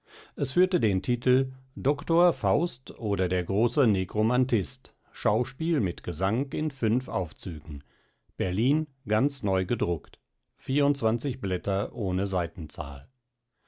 es führte den titel dr faust oder der große negromantist schauspiel mit gesang in fünf aufzügen berlin ganz neu gedruckt blätter ohne seitenzahl